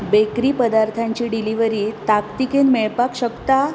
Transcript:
bakery पदार्थांची delivery ताकतिकेन मेळपाक शकता